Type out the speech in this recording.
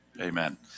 Amen